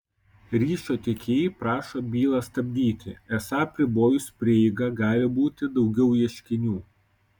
ryšio tiekėjai prašo bylą stabdyti esą apribojus prieigą gali būti daugiau ieškinių